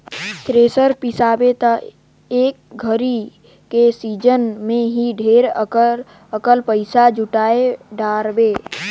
thresher बिसाबे त एक घरी के सिजन मे ही ढेरे अकन पइसा जुटाय डारबे